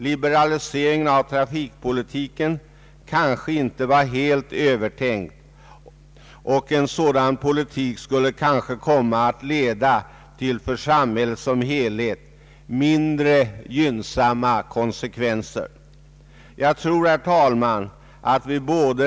Liberaliseringen av trafikpolitiken kanske inte var helt övertänkt, och en sådan politik skulle kanske komma att leda till för samhället som helhet mindre gynnsamma konsekvenser.